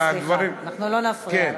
אנחנו לא נפריע לך.